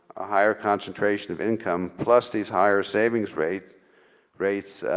a higher concentration of income plus these higher savings rates rates